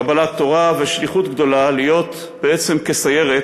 קבלת התורה ושליחות גדולה להיות בעצם כסיירת,